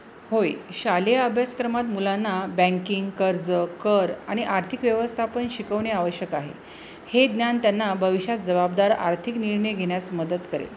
होय शालेय अभ्यासक्रमात मुलांना बँकिंग कर्ज कर आणि आर्थिक व्यवस्था पण शिकवणे आवश्यक आहे हे ज्ञान त्यांना भविष्यात जबाबदार आर्थिक निर्णय घेण्यास मदत करेल